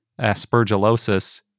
aspergillosis